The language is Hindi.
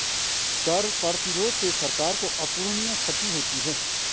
कर प्रतिरोध से सरकार को अपूरणीय क्षति होती है